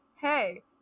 hey